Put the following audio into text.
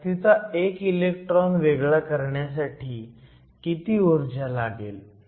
जास्तीचा एक इलेक्ट्रॉन वेगळा करण्यासाठी किती ऊर्जा लागेल